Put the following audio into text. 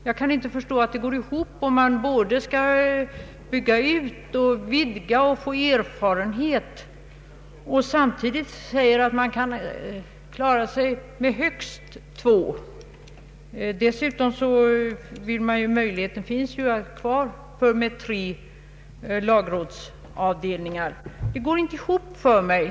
Jag kan inte förstå att det går ihop om man dels skall bygga ut, vidga och vinna erfarenhet, dels vill klara sig med högst två avdelningar. Man vill ju för övrigt ha möjligheten kvar att ha tre lagrådsavdelningar. Önskemålen går inte ihop.